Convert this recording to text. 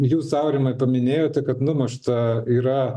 jūs aurimai minėjote kad numušta yra